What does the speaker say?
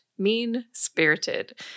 Mean-spirited